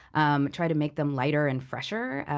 um try to make them lighter and fresher,